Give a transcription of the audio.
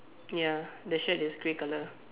ya the shirt is grey colour